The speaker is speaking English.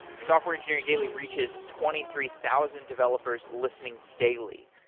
software engineering daily reaches twenty three thousand developers listening daily.